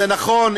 זה נכון,